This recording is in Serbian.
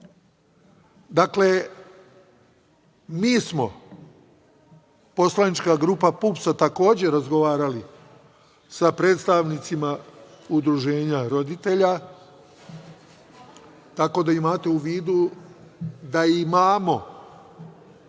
mi smo, poslanička grupa PUPS, takođe razgovarali sa predstavnicima udruženja roditelja, tako da imate u vidu da imamo